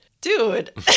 dude